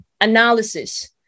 analysis